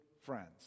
friends